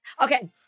Okay